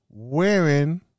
Wearing